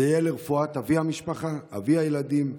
זה יהיה לרפואת אבי המשפחה, אבי הילדים,